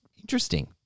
interesting